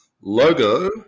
logo